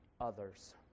others